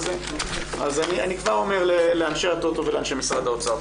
אני כבר אומר לאנשי הטוטו ולאנשי משרד האוצר.